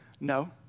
No